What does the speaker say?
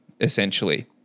essentially